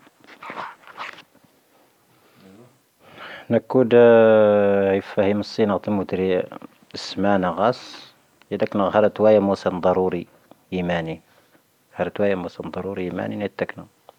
ⵏⴰⴽⵓ ⴷⴰ ⵉⴼⴰⵀⵉⵎ ⵙⴻⵏⴰ ⴰⵜⵉⵎⵓ ⵜⴻⵔⴻ ⵉⵙⵎⴰⵏⴰ ⴳⴰⵙ,. ⵢⴰⴷⴰⴽⵏⴰ ⴽⵀⴰ'ⴰ ⵔⴰⵜⵡⴰⵢⴰ ⵎoⵙⴰⵏ ⴷⴰⵔoⵔⵉ ⵉⵎⴰⵏⵉ. ⴽⵀⴰ'ⴰ ⵔⴰⵜⵡⴰⵢⴰ ⵎoⵙⴰⵏ ⴷⴰⵔoⵔⵉ ⵉⵎⴰⵏⵉ ⵏⴻⴷ ⵜⴰⴽⵏⴰ.